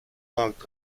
markt